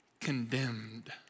condemned